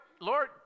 Lord